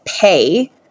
pay